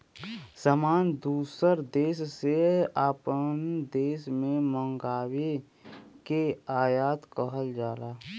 सामान दूसर देस से आपन देश मे मंगाए के आयात कहल जाला